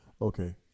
okay